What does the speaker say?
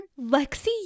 Lexi